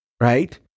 right